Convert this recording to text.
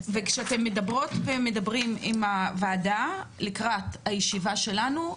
וכשאתן מדברות ומדברים עם הוועדה לקראת הישיבה שלנו,